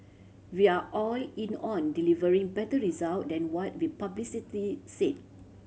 we are all in on delivering better result than what we've publicity said